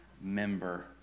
member